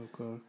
Okay